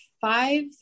five